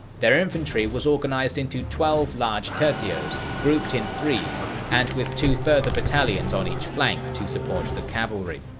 their infantry was organised into twelve large tercios, grouped in threes, and with two further battalions on each flank to support the cavalry.